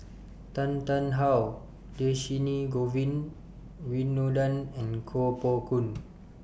Tan Tarn How Dhershini Govin Winodan and Koh Poh Koon